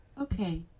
Okay